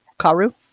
karu